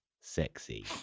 sexy